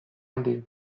handi